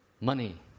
money